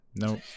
Nope